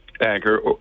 anchor